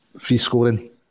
Free-scoring